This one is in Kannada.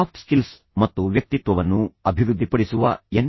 soft skills soft skills MOOC ಮತ್ತು ವ್ಯಕ್ತಿತ್ವವನ್ನು ಅಭಿವೃದ್ಧಿಪಡಿಸುವ ಎನ್